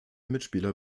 mitspieler